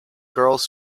girls